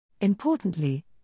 Importantly